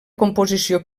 composició